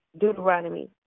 Deuteronomy